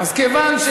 מצוין.